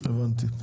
הבנתי.